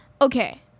okay